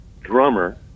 drummer